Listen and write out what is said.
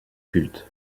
culte